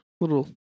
little